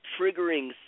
triggering